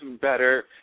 better